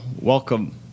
welcome